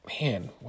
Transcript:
Man